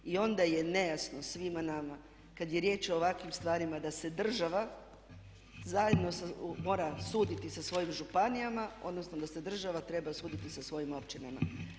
I onda je nejasno svima nama kad je riječ o ovakvim stvarima da se država zajedno mora suditi sa svojim županijama, odnosno da se država treba suditi sa svojim općinama.